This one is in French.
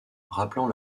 rappelant